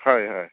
হয় হয়